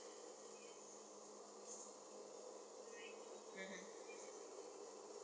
mmhmm